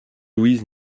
louise